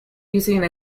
using